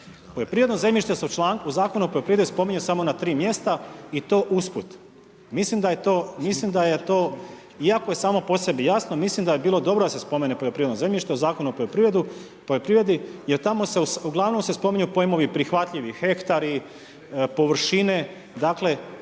Poljoprivredno zemljište se u zakonu o poljoprivredi spominje samo na tri mjesta i to usput. Mislim da je to, iako je samo po sebi jasno, mislim da bi bilo dobro da se spomene poljoprivredno zemljište u zakonu o poljoprivredi jer tamo se uglavnom spominju pojmovi prihvatljiviji hektari, površine, dakle